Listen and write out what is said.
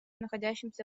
находящимся